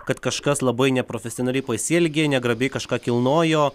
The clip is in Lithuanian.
kad kažkas labai neprofesionaliai pasielgė negrabiai kažką kilnojo